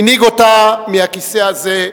הנהיג אותה מהכיסא הזה,